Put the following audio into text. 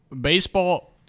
Baseball